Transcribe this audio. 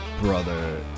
brother